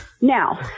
Now